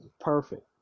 perfect